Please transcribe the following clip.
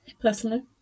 Personally